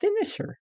finisher